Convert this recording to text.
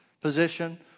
position